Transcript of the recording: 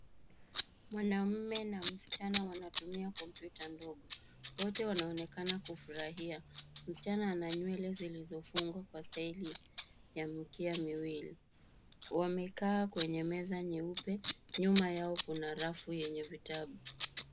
Mwanamume na msichana wanatumia kompyuta ndogo, wote wanaonekana kufurahia. Msichana ana nywele zilizofungwa kwa staili ya mikia miwili. Wamekaa kwenye meza nyeupe, nyuma yao kuna rafu yenye vitabu.